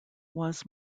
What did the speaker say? was